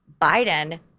Biden